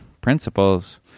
principles